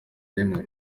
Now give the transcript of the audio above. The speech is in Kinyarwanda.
rimwe